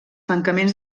tancaments